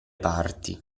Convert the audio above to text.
parti